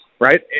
right